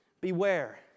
beware